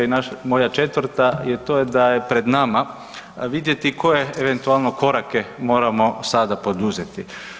I moja četvrta je to da je pred nama vidjeti koje eventualno korake moramo sada poduzeti.